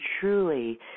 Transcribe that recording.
truly